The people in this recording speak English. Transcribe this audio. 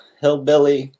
hillbilly